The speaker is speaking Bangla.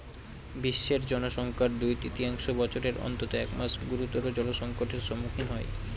বিশ্বের জনসংখ্যার দুই তৃতীয়াংশ বছরের অন্তত এক মাস গুরুতর জলসংকটের সম্মুখীন হয়